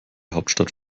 hauptstadt